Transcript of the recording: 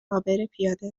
عابرپیاده